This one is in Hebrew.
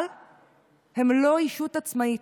אבל הם לא ישות עצמאית.